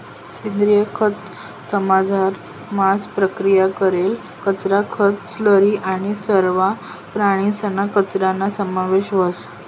सेंद्रिय खतंसमझार मांस प्रक्रिया करेल कचरा, खतं, स्लरी आणि सरवा प्राणीसना कचराना समावेश व्हस